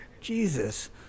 Jesus